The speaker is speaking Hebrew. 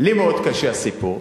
לי מאוד קשה הסיפור,